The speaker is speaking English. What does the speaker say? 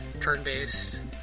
turn-based